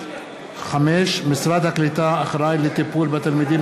5. משרד העלייה והקליטה אחראי לטיפול בתלמידים